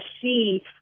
see